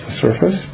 surface